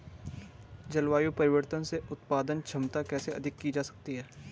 जलवायु परिवर्तन से उत्पादन क्षमता कैसे अधिक की जा सकती है?